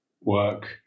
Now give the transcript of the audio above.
work